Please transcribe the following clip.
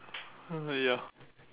uh ya